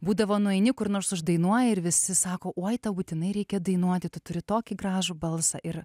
būdavo nueini kur nors uždainuoji ir visi sako oi tau būtinai reikia dainuoti tu turi tokį gražų balsą ir